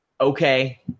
Okay